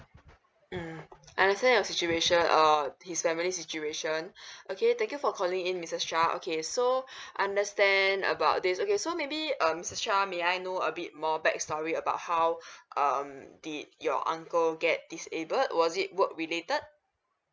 mm understand your situation err his family situation okay thank you for calling in missus shah okay so understand about this okay so maybe um missus shah may I know a bit more back story about how um did your uncle get disabled was it work related